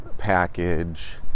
package